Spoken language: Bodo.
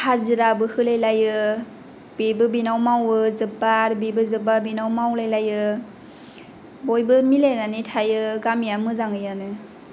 हाजिराबो होलायलायो बेबो बेनाव मावो जोबबा बेबो जोबबा बेनाव मावलायलायो बयबो मिलायनानै थायो गामिआ मोजाङानो